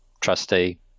trustee